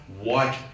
white